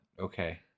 Okay